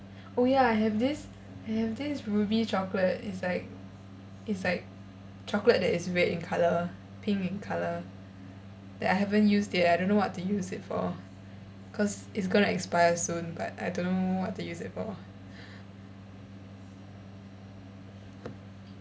oh ya I have this I have this ruby chocolate it's like it's like chocolate that is red in colour pink in colour that I haven't used it I don't know what to use it for cause it's gonna expire soon but I don't know what to use it for